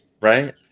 right